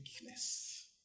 weakness